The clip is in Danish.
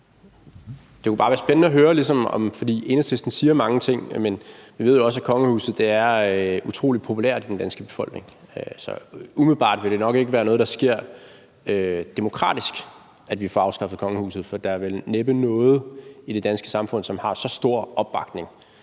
Det kunne bare være spændende at høre, for Enhedslisten siger mange ting, men vi ved jo også, at kongehuset er utrolig populært i den danske befolkning. Så umiddelbart vil det nok ikke være noget, der sker demokratisk, at vi får afskaffet kongehuset, for der er vel næppe noget i det danske samfund, som har så stor opbakning.